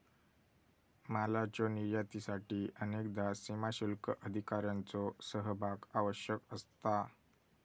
मालाच्यो निर्यातीसाठी अनेकदा सीमाशुल्क अधिकाऱ्यांचो सहभाग आवश्यक असता